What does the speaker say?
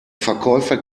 verkäufer